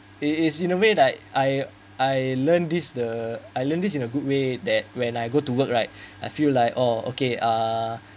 it is in a way like I I learn this the I learn this in a good way that when I go to work right I feel like oh okay uh